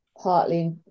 partly